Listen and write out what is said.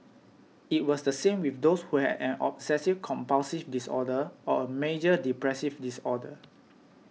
it was the same with those who had an obsessive compulsive disorder or a major depressive disorder